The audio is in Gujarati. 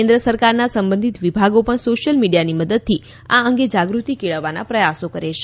કેન્દ્ર સરકારના સંબંધીત વિભાગો ણ સોશીયલ મીડીયાની મદદથી આ અંગે જાગૃતી કેળવવાના પ્રયાસો કરે છે